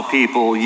people